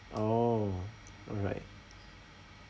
oh alright